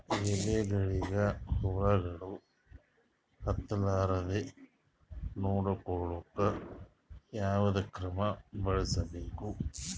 ಎಲೆಗಳಿಗ ಹುಳಾಗಳು ಹತಲಾರದೆ ನೊಡಕೊಳುಕ ಯಾವದ ಕ್ರಮ ಬಳಸಬೇಕು?